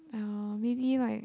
uh maybe like